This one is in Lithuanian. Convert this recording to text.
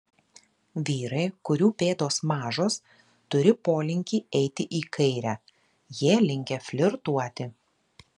vyrai kurių pėdos mažos turi polinkį eiti į kairę jie linkę flirtuoti